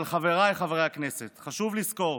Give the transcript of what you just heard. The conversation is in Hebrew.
אבל חבריי חברי הכנסת, חשוב לזכור: